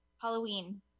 Halloween